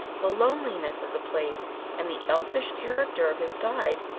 the loneliness of the place and the elfish character of his guide,